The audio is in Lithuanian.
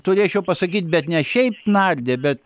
turėčiau pasakyt bet ne šiaip nardė bet